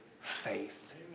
faith